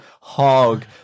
hog